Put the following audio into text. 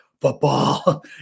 Football